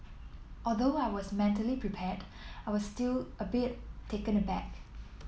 although I was mentally prepared I was still a bit taken aback